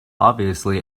obviously